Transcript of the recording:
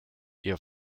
ihr